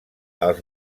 els